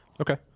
Okay